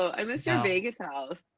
i miss your vegas house.